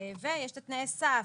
ויש תנאי הסף,